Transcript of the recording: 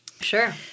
Sure